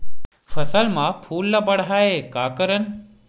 फसल म फूल ल बढ़ाय का करन?